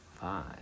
five